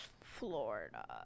Florida